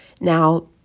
Now